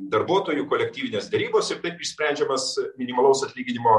darbuotojų kolektyvinės derybos ir taip išsprendžiamas minimalaus atlyginimo